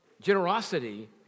generosity